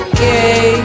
Okay